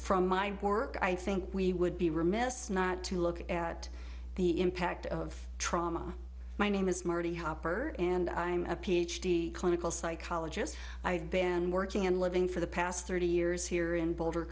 from my work i think we would be remiss not to look at the impact of trauma my name is marty hopper and i'm a ph d clinical psychologist i have been working and living for the past thirty years here in boulder